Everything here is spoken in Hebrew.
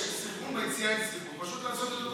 יש סנכרון, פשוט לעשות את אותו סנכרון.